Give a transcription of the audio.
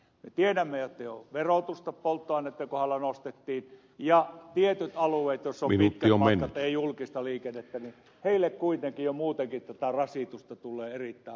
me tiedämme että jo verotusta polttoaineitten kohdalla nostettiin ja tietyille alueille joilla on pitkät matkat eikä julkista liikennettä kuitenkin jo muutenkin tätä rasitusta tulee erittäin paljon